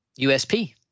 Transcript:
usp